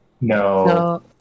No